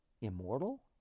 immortal